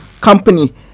company